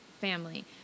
family